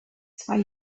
zwei